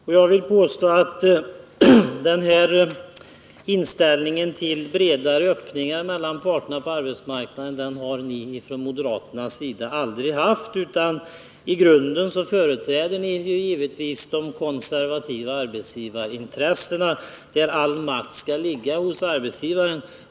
Men jag vill påstå att ni moderater aldrig har haft denna inställning att försöka skapa bredare öppningar mellan parterna på arbetsmarknaden, utan i grunden företräder ni givetvis de konservativa arbetsgivarintressena, som vill att all makt skall ligga hos arbetsgivaren.